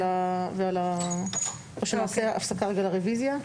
או שנעשה הפסקה רגע לרביזיה?